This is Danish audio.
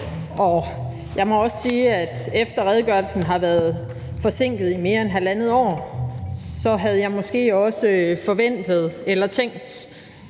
Jeg må også sige, at da redegørelsen har været forsinket i mere end halvandet år, havde jeg måske også forventet eller tænkt,